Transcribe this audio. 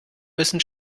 müssen